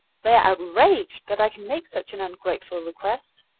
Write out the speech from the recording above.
they are outraged that i can make such an ungrateful request.